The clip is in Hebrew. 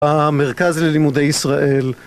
המרכז ללימודי ישראל